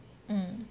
mm